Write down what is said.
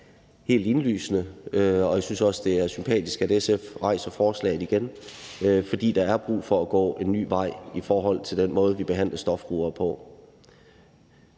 helt indlysende og også sympatisk, at SF har fremsat forslaget igen, for der er brug for at gå en ny vej i forhold til den måde, vi behandler stofbrugere på.